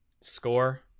Score